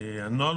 הנוהל